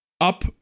up